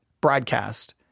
broadcast